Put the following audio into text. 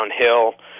downhill